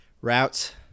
routes